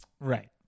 Right